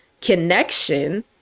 connection